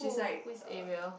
who who is Ariel